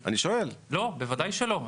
לא, בוודאי שלא.